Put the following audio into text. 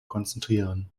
konzentrieren